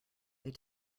they